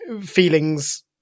feelings